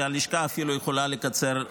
והלשכה יכולה אפילו לקצר יותר,